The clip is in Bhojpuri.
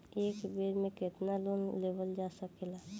एक बेर में केतना लोन लेवल जा सकेला?